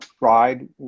ride